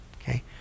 okay